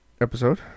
episode